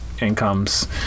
incomes